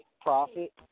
profit